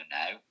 now